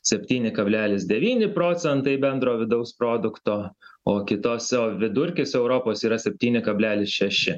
septyni kablelis devyni procentai bendro vidaus produkto o kitose vidurkis europos yra septyni kablelis šeši